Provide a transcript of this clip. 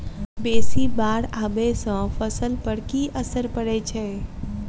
बेसी बाढ़ आबै सँ फसल पर की असर परै छै?